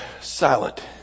silent